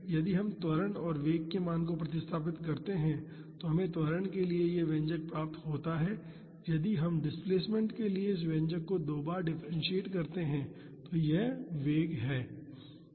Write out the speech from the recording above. यदि हम त्वरण और वेग के मान को प्रतिस्थापित करते हैं तो हमें त्वरण के लिए यह व्यंजक प्राप्त होता है यदि हम डिस्प्लेसमेंट के लिए इस व्यंजक को दो बार डिफ्रेंसियेट करते हैं और यह वेग है